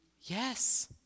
Yes